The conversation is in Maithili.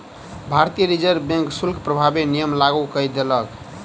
भारतीय रिज़र्व बैंक शुल्क प्रभावी नियम लागू कय देलक